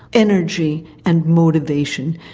energy and motivation,